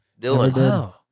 Dylan